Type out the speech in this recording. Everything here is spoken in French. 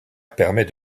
permet